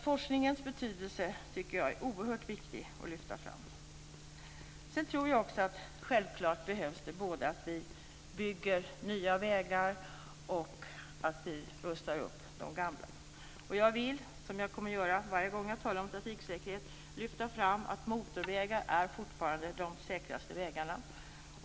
Forskningens betydelse tycker jag är oerhört viktig att lyfta fram. Självklart måste vi både bygga nya vägar och rusta upp de gamla. Jag vill, som jag kommer att göra varje gång jag talar om trafiksäkerhet, lyfta fram att motorvägar fortfarande är de säkraste vägarna.